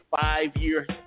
five-year